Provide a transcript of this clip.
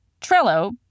Trello